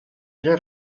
era